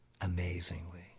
amazingly